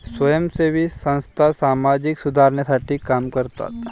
स्वयंसेवी संस्था सामाजिक सुधारणेसाठी काम करतात